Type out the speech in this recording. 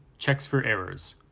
checks for errors.